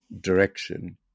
direction